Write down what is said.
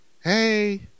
hey